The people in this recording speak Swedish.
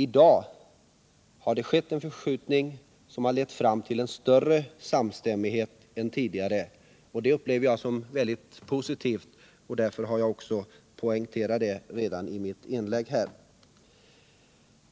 I dag har det skett en förskjutning som lett fram till en större samstämmighet än tidigare. Det upplever jag som mycket positivt. Jag har redan poängterat det i mitt anförande här.